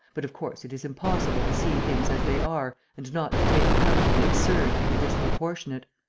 but, of course, it is impossible to see things as they are and not to take account of the absurd and the disproportionate.